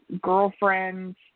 girlfriend's